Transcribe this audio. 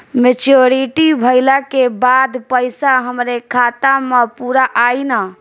Maturity भईला के बाद पईसा हमरे खाता म पूरा आई न?